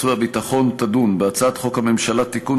והביטחון תדון בהצעת חוק הממשלה (תיקון,